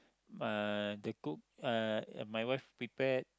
uh they cook uh my wife prepare